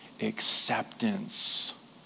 acceptance